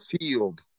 field